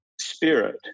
spirit